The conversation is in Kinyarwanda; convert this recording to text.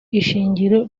ishingiro